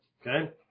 okay